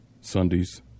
Sundays